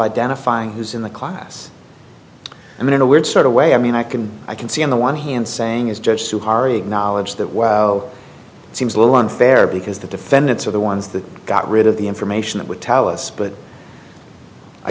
identifying who's in the class i mean in a weird sort of way i mean i can i can see on the one hand saying is just too hard acknowledge that well it seems a little unfair because the defendants are the ones that got rid of the information that would tell us but i